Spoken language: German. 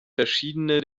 verschiedene